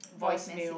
voice message